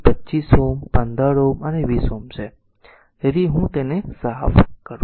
તેથી તે 25 Ω 15 Ω અને 20 Ω છે તેથી આ હું તેને સાફ કરું છું